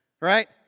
Right